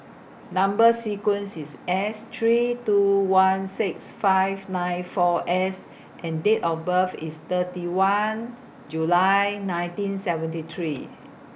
Number sequence IS S three two one six five nine four S and Date of birth IS thirty one July nineteen seventy three